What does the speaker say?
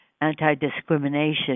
anti-discrimination